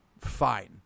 fine